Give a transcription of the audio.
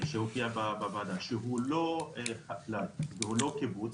שהוא לא חקלאי והוא לא קיבוץ,